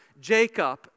Jacob